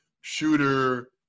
shooter